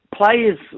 Players